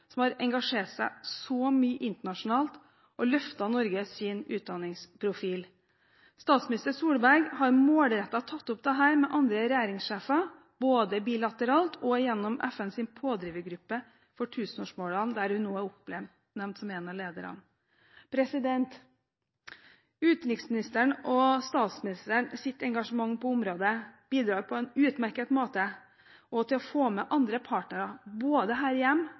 som har engasjert seg så mye internasjonalt og løftet Norges utdanningsprofil. Statsminister Solberg har målrettet tatt opp dette med andre regjeringssjefer både bilateralt og gjennom FNs pådrivergruppe for tusenårsmålene, der hun nå er oppnevnt som en av lederne. Utenriksministerens og statsministerens engasjement på området bidrar på en utmerket måte til å få med andre partnere både her